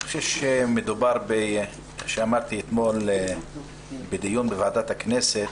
מדובר, כפי שאמרתי אתמול בדיון בוועדת הכנסת,